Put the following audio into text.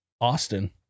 Austin